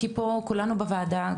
כי פה כולנו בוועדה,